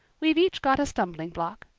we've each got a stumbling block.